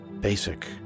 basic